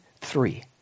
Three